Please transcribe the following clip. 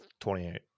28